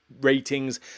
Ratings